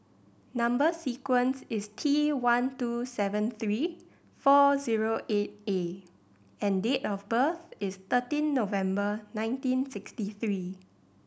number sequence is T one two seven three four zero eight A and date of birth is thirteen November nineteen sixty three